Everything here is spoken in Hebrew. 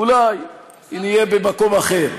אולי נהיה במקום אחר.